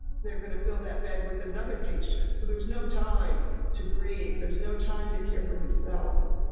they're going to fill that bed with another patient. so there's no time to grieve. there's no time to care for themselves.